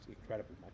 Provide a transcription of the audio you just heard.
incredible